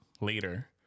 later